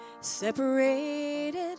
separated